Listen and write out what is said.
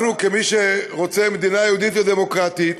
כמי שרוצים מדינה יהודית ודמוקרטית,